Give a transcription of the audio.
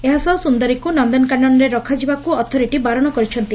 ଏହାସହ ସୁନ୍ଦରୀକୁ ନନକାନନରେ ରଖାଯିବାକୁ ଅଥରିଟି ବାରଣ କରିଛନ୍ତି